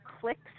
clicks